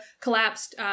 collapsed